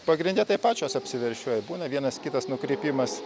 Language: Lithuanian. pagrinde tai pačios apsiveršiuoja būna vienas kitas nukrypimas